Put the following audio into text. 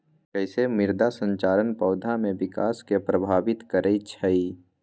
कईसे मृदा संरचना पौधा में विकास के प्रभावित करई छई?